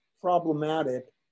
problematic